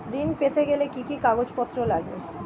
ঋণ পেতে গেলে কি কি কাগজপত্র লাগে?